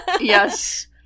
Yes